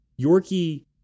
Yorkie